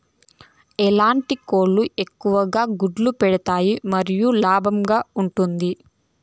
ఎట్లాంటి కోళ్ళు ఎక్కువగా గుడ్లు పెడతాయి మరియు లాభంగా ఉంటుంది?